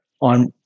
on